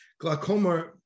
glaucoma